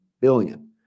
Billion